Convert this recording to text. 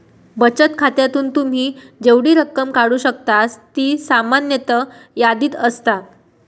बचत खात्यातून तुम्ही जेवढी रक्कम काढू शकतास ती सामान्यतः यादीत असता